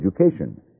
education